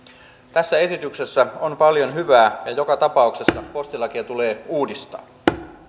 tässä esityksessä on paljon hyvää ja joka tapauksessa postilakia tulee uudistaa